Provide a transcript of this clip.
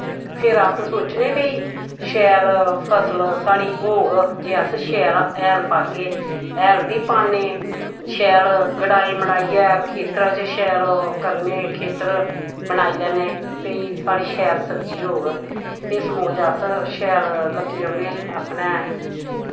फिर अस सोचने भई शैल फसल साढ़ी होग जे अस शैल हैल पाग्गे हैल बी पान्ने शैल गडाई मढाइयै खेत्तरा च शैल ओह् करने खेत्तर बनाई लैन्ने भई साढ़ी शैल सब्जी होग इस मुजब अस शैल लग्गी रौह्ने अपनै